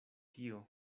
tio